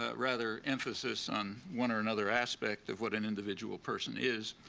ah rather emphasis on one or another aspect of what an individual person is,